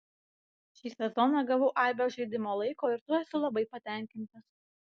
šį sezoną gavau aibę žaidimo laiko ir tuo esu labai patenkintas